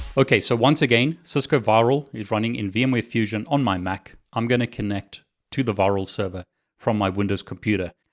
okay, so once again, cisco virl is running in vmware fusion on my mac, i'm gonna connect to the virl server from my windows computer.